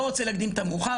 לא רוצה להקדים את המאוחר,